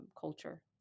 culture